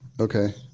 Okay